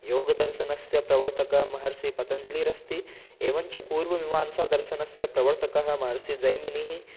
योगदर्शनस्य प्रवर्तकः महर्षिपतञ्जलिः अस्ति एवञ्च पूर्वमीमांसादर्शनस्य प्रवर्तकः महर्षिजैमिनिः